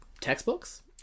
textbooks